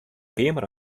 keamer